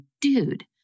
dude